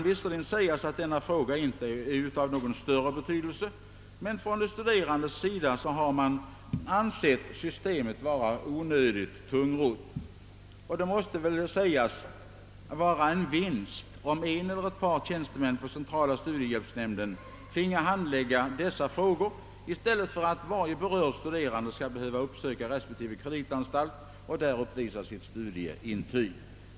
Visserligen kan det hävdas att denna fråga inte är av någon större betydelse, men från de studerandes sida har man ansett systemet vara onödigt tungrott. Det måste dock vara en vinst, om en eller ett par tjänstemän på centrala studiehjälpsnämnden finge handlägga dessa frågor i stället för att varje berörd studerande skall behöva uppsöka respektive kreditanstalt och där uppvisa sitt studieintyg.